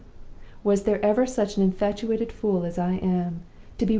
was there ever such an infatuated fool as i am,